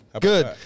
Good